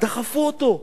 דחפו אותו,